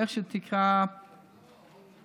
איך שתקרא לו,